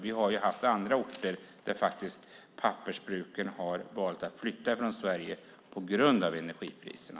Vi har haft andra orter där pappersbruken har valt att flytta från Sverige på grund av energipriserna.